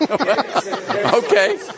Okay